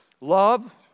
Love